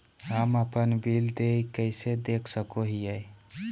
हम अपन बिल देय कैसे देख सको हियै?